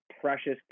precious